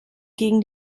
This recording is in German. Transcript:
gegen